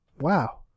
Wow